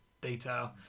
detail